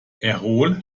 erol